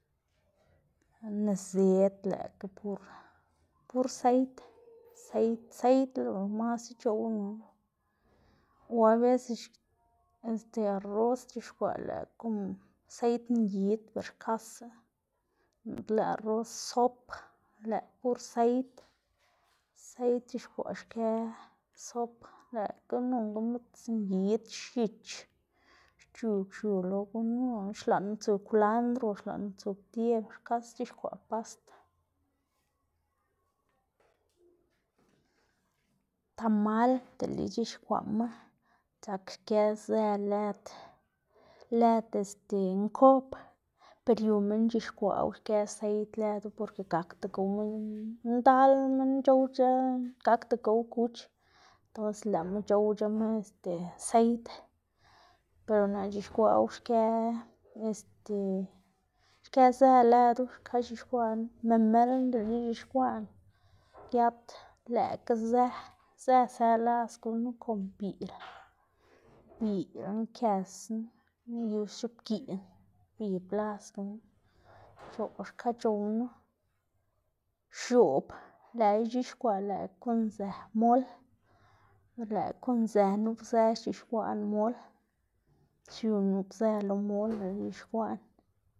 nizëd lëꞌkga pur pur seid, seid seid lo masc̲h̲a c̲h̲oꞌwnu o abeses este arroz xc̲h̲ixkwaꞌ lëꞌkga kon seid ngid, ber xkasa noꞌnda lëꞌ arroz sop, lëꞌkga pur seid seid xc̲h̲ixkwaꞌ xkë sop, lëꞌkga nonga midzngid, x̱ich xc̲h̲ug xiu lo gunu o dele xlaꞌnma tsu kwlandr o xlaꞌnma tsu ptie xkasa sc̲h̲ixkwaꞌ pasta. tamal dele ic̲h̲ixkwaꞌma dzak xkë zë lëd, lëd este nkob per yu minn xc̲h̲ixkwaꞌwu xkë seid lëdu porke gakda gow minn ndal c̲h̲owzë gakda gow kuch, entonces lëꞌma c̲h̲owc̲h̲ama seid, per naꞌ c̲h̲ixkwaꞌwu xkë este xkë zë lëdu, xka c̲h̲ixkwaꞌnu, memelna dele ix̱ixkwaꞌná giat lëꞌkga zë, zë së las gunu kon biꞌl biꞌlna kësná y x̱ibgiꞌn xbib las gunu xka c̲h̲ownu. X̱oꞌb lëꞌkga ix̱ixkwaꞌ lëꞌkga kon zë, mol lëꞌkga kon zë nup zë xc̲h̲ixkwaꞌná mol, xiu nup zë lo mol dele ix̱ixkwaꞌná.